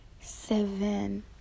seven